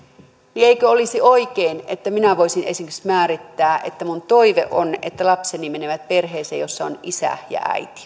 niin eikö olisi oikein että minä voisin esimerkiksi määrittää että minun toiveeni on että lapseni menevät perheeseen jossa on isä ja äiti